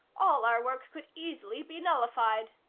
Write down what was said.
all our work could easily be nullified.